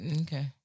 Okay